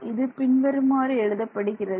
இது பின்வருமாறு எழுதப்படுகிறது